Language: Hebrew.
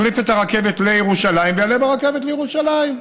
יחליף את הרכבת לירושלים ויעלה ברכבת לירושלים.